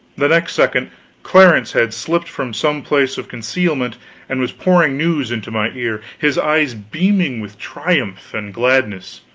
the next second clarence had slipped from some place of concealment and was pouring news into my ear, his eyes beaming with triumph and gladness.